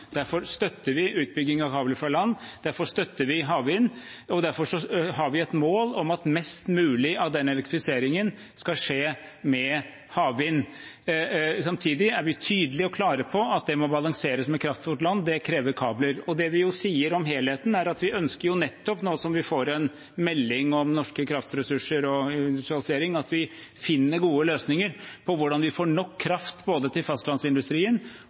Derfor støtter vi utbygging av kabler fra land, derfor støtter vi havvind, og derfor har vi et mål om at mest mulig av den elektrifiseringen skal skje med havvind. Samtidig er vi tydelige og klare på at det må balanseres med kraft fra land. Det krever kabler. Det vi sier om helheten, er at vi ønsker jonettopp nå som vi får en melding om norske kraftressurser og industrialisering, at vi finner gode løsninger på hvordan vi får nok kraft både til fastlandsindustrien